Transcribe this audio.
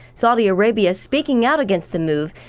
saudi arabia speaking out against the move,